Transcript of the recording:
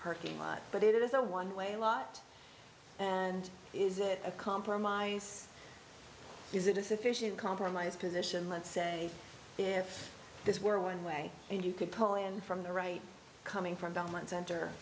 perking but it is a one way lot and is it a compromise is it a sufficient compromise position let's say if this were one way and you could pull in from the right coming from belmont center